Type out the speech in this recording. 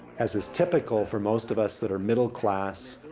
as is typical for most of us that are middle class,